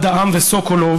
אחד העם וסוקולוב,